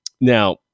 Now